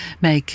make